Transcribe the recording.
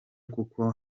kuko